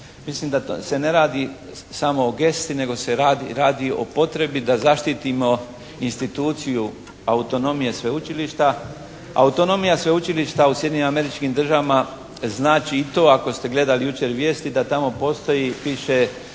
Mislim da se ne radi samo o gesti, nego se radi o potrebi da zaštitimo instituciju autonomije sveučilišta. Autonomija sveučilišta u Sjedinjenim Američkim Državama znači i to ako ste gledali jučer vijesti da tamo postoji i piše